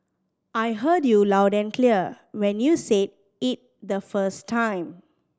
I heard you loud and clear when you said it the first time